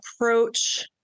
approach